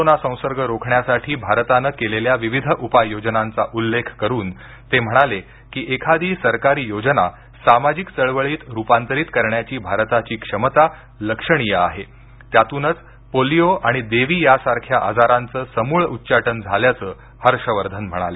corona संसर्ग रोखण्यासाठी भारतानं केलेल्या विविध उपाय योजनांचा उल्लेख करून ते म्हणाले की एखादी सरकारी योजना सामाजिक चळवळीत रुपांतरीत करण्याची भारताची क्षमता लक्षणीय आहे त्यातूनच पोलीओ आणि देवी या सारख्या आजारांचं समूळ उच्चटन झाल्याचं हर्ष वर्धन म्हणाले